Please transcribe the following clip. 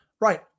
Right